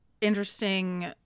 interesting